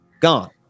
gone